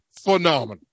phenomenal